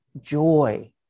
joy